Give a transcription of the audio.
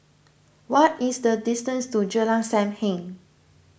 what is the distance to Jalan Sam Heng